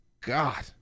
god